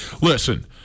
listen